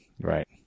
Right